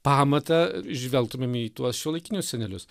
pamatą žvelgtumėm į tuos šiuolaikinius senelius